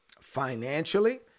financially